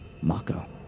Mako